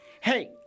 Hey